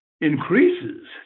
increases